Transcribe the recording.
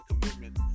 commitment